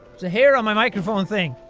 a hair on my microphone thing.